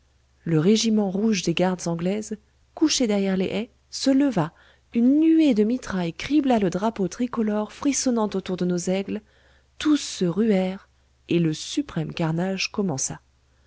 le régiment rouge des gardes anglaises couché derrière les haies se leva une nuée de mitraille cribla le drapeau tricolore frissonnant autour de nos aigles tous se ruèrent et le suprême carnage commença